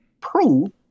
prove